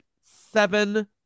seven